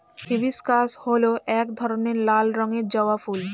hibiscus হল এক ধরনের লাল রঙের জবা ফুল